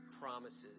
promises